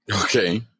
Okay